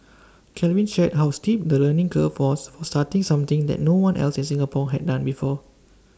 Calvin shared how steep the learning curve was for starting something that no one else in Singapore had done before